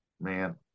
Man